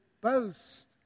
boast